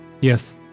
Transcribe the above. Yes